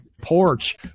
porch